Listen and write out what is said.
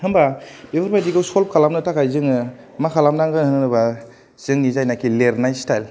होमबा बेफोर बादिखौ सल्भ खालामनो थाखाय जोङो मा खालाम नांगोन होनोबा जोंनि जायनाखि लेरनाय स्थाइल